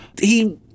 he-